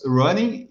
running